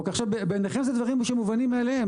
בעיניכם אלה דברים שמובנים מאליהם,